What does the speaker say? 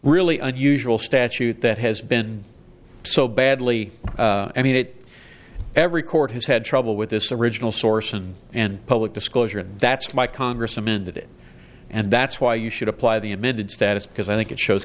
really unusual statute that has been so badly i mean it every court has had trouble with this original source and and public disclosure and that's my congress amended it and that's why you should apply the admitted status because i think it shows